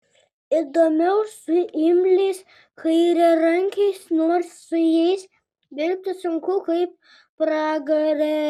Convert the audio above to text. įdomiau su imliais kairiarankiais nors su jais dirbti sunku kaip pragare